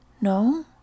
No